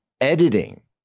editing